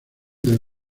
del